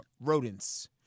rodents